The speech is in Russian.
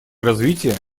развитие